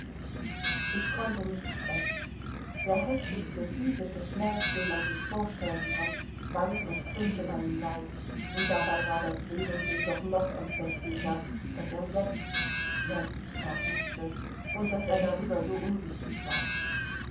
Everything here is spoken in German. ich konnte nicht sprechen der heftigste physische schmerz den man sich vorstellen kann wand und krümmte meinen leib und dabei war das seelenweh doch noch entsetzlicher daß er jetzt jetzt fort mußte und daß er darüber so unglücklich war